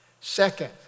Second